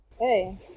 Hey